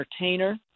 entertainer